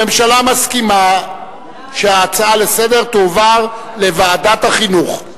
הממשלה מסכימה שההצעה לסדר תועבר לוועדת החינוך.